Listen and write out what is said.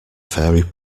fairy